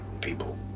people